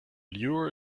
lure